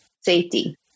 safety